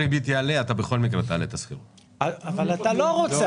הריבית יעלה אתה בכל מקרה תעלה את השכירות --- אבל אתה לא רוצה,